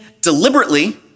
deliberately